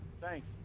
thanks